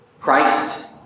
Christ